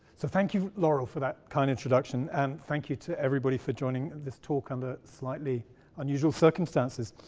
so, thank you, loryl, for that kind introduction and thank you to everybody for joining this talk under slightly unusual circumstances.